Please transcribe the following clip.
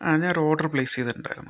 ആ ഞാൻ ഒരു ഓർഡർ പ്ലേസ് ചെയ്തിട്ടുണ്ടാർന്നു